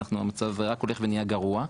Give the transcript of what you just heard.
המצב רק הולך ונהיה גרוע.